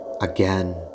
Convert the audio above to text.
Again